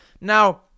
Now